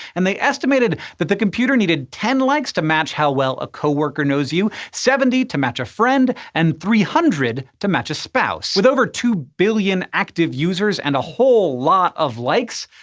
and they estimated that the computer needed ten likes to match how well a coworker knows you, seventy to match a friend, and three hundred to match a spouse. with over two billion active users and a whole lot of likes,